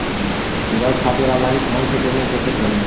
Gas खातिर online phone से payment कैसे करेम?